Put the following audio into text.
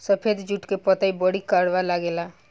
सफेद जुट के पतई बड़ी करवा लागेला